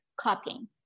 copying